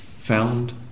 found